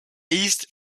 east